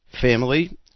family